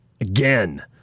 again